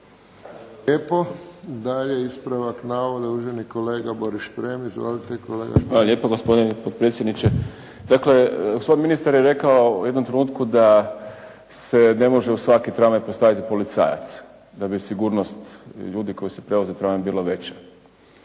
lijepo. Dalje, ispravak navoda uvaženi kolega Boris Šprem. Izvolite. **Šprem, Boris (SDP)** Hvala lijepo gospodine potpredsjedniče. Dakle, gospodin ministar je rekao u jednom trenutku da se ne može u svaki tramvaj postaviti policajac da bi sigurnost ljudi koji se prevoze tramvajem bila veća.